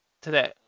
today